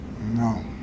No